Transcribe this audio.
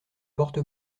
porte